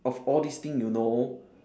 of all this thing you know